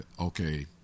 okay